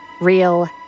real